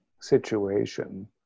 situation